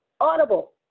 Audible